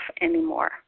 anymore